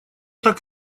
так